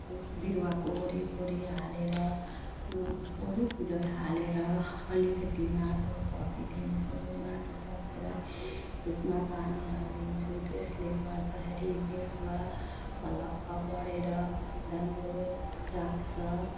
बिरुवाको वरिपरि हालेर वरिपरि हालेर अलिकति माटो थपिदिन्छु माटो थपेर त्यसमा पानी हालिदिन्छु त्यसले गर्दाखेरि बिरुवा हलक्क बढेर राम्रो जाग्छ